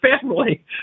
family